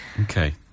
Okay